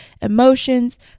emotions